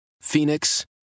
Phoenix